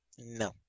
No